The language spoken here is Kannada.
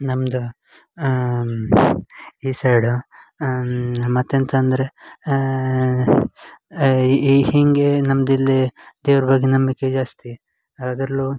ನಮ್ದು ಈ ಸೈಡು ಮತ್ತೆಂತ ಅಂದರೆ ಈ ಹೀಗೆ ನಮ್ದು ಇಲ್ಲಿ ದೇವ್ರ ಬಗ್ಗೆ ನಂಬಿಕೆ ಜಾಸ್ತಿ ಅದರಲ್ಲೂ